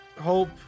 hope